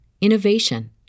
innovation